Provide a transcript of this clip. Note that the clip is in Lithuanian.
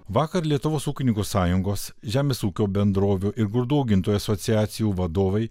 vakar lietuvos ūkininkų sąjungos žemės ūkio bendrovių ir grūdų augintojų asociacijų vadovai